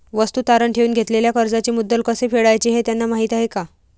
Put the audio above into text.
वस्तू तारण ठेवून घेतलेल्या कर्जाचे मुद्दल कसे फेडायचे हे त्यांना माहीत आहे का?